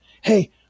Hey